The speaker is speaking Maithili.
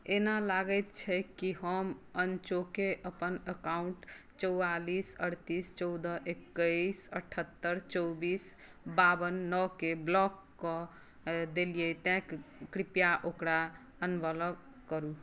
एना लागैत छै कि हम अनचोके अपन अकाउंट चौआलिस अड़तीस चौदह एक्कैस अठहत्तरि चौबीस बावन नओकेँ ब्लॉक कऽ देलियै तैँ कृप्या ओकरा अनब्लॉक करू